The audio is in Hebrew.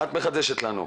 מה את מחדשת לנו?